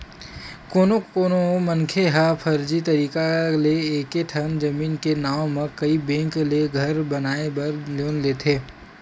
कोनो कोनो मनखे ह फरजी तरीका ले एके ठन जमीन के नांव म कइ बेंक ले घर बनाए बर लोन लेथे